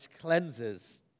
cleanses